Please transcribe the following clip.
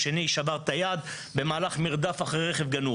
והשני שבר את היד במהלך מרדף אחרי רכב גנוב.